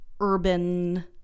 urban